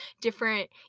different